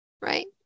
Right